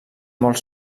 molt